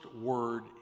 word